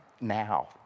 now